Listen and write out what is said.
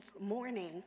morning